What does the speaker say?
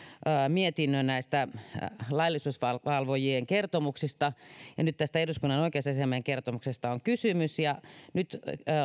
mietinnön laillisuusvalvojien kertomuksista niin nyt kun tästä eduskunnan oikeusasiamiehen kertomuksesta on kysymys niin nyt